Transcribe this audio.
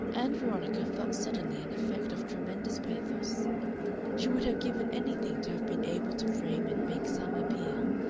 ann veronica felt suddenly an effect of tremendous pathos she would have given anything to have been able to frame and make some appeal,